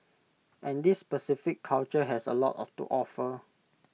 and this specific culture has A lot to offer